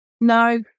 No